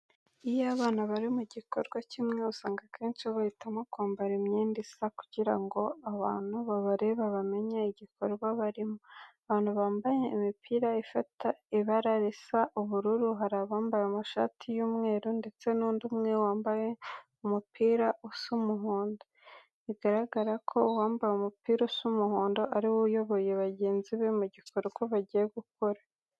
Iyo abantu bari mu gikorwa kimwe usanga akenshi bahitamo kwambara imyenda isa, kugira ngo abantu babareba bamenye igikorwa barimo. Abantu bambaye imipira ifite ibara risa ubururu, hari abambaye amashati y'umweru, ndetse n'undi umwe wambaye umupira usa umuhondo. Bigaragara ko uwambaye umupira usa umuhondo ariwe uyoboye bagenzi be mu gikorwa bagiye gukora.